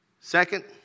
Second